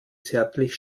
zärtlich